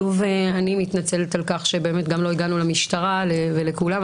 שוב אני מתנצלת על כך שגם לא הגענו למשטרה ולכולם,